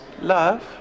Love